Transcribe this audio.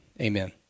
Amen